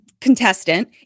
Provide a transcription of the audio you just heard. contestant